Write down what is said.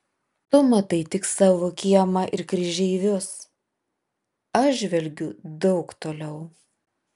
tu matai tik savo kiemą ir kryžeivius aš žvelgiu daug toliau